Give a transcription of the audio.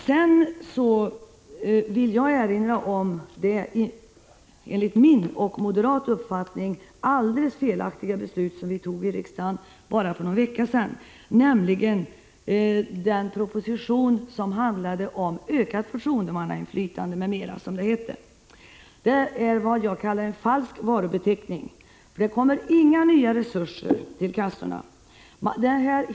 Jag vill här erinra om det enligt moderat uppfattning alldeles felaktiga beslut som riksdagen tog för bara någon vecka sedan, nämligen beslutet med anledning av propositionen om, som det hette, ökat förtroendemannainflytande i försäkringskassorna m.m. Det kallar jag en falsk varubeteckning. Det kommer inga nya resurser till kassorna.